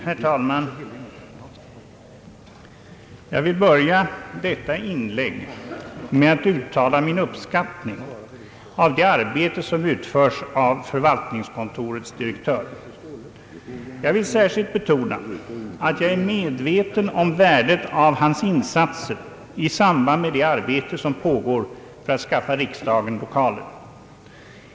Herr talman! Jag vill börja detta inlägg med att uttala min uppskattning av det arbete, som utförs av förvaltningskontorets direktör. Jag vill särskilt betona att jag är medveten om värdet av hans insatser i samband med det arbete, som pågår för att skaffa riksdagen lokaler.